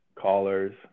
callers